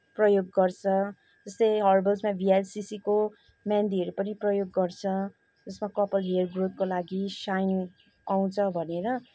प्रयोग गर्छ जस्तै हर्बल्समा भिएलसिसीको मेहेन्दीहरू पनि प्रयोग गर्छ जसमा कपाल हेयर ग्रोथको लागि साइन आउँछ भनेर